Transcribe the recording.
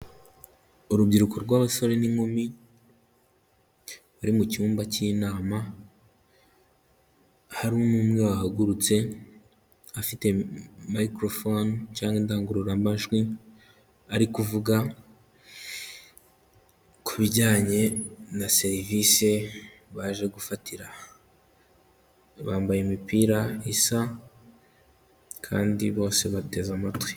Urubyiruko rw'abasore n'inkumi, bari mu cyumba cy'inama, harimo umwe wahagurutse afite miyikorofone cyangwa indangururamajwi, ari kuvuga ku bijyanye na serivise baje gufatira aha. Bambaye imipira isa, kandi bose bateze amatwi.